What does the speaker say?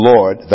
Lord